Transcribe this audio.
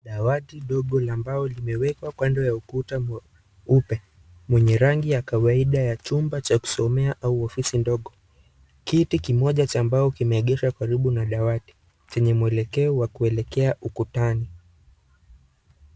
Dawati dogo ambalo limeekwa kando ya ukuta mweupe mwenye rangi ya kawaida ya chumba cha kusomea au ofisi ndogo, kiti kimoja cha mbao kimeegeshwa karibu na dawati chenye mwelekeo wa kuelekea ukutani.